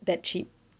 that cheap